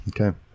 Okay